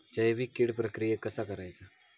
जैविक कीड प्रक्रियेक कसा करायचा?